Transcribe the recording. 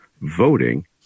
voting